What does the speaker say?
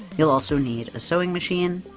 you'll also need a sewing machine